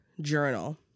journal